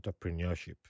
entrepreneurship